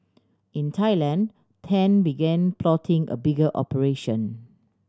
in Thailand Tan began plotting a bigger operation